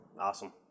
Awesome